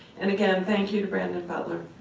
and again thank you to brandon butler.